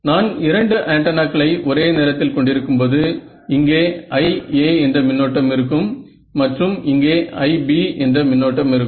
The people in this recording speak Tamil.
நான் இரண்டு ஆண்டனாக்களை ஒரே நேரத்தில் கொண்டிருக்கும்போது இங்கே IA என்ற மின்னோட்டம் இருக்கும் மற்றும் இங்கே IB என்ற மின்னோட்டம் இருக்கும்